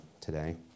today